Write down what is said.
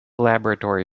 laboratory